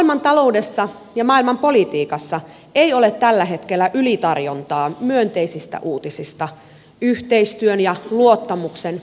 maailmantaloudessa ja maailmanpolitiikassa ei ole tällä hetkellä ylitarjontaa myönteisistä uutisista yhteistyön ja luottamuksen uusista silloista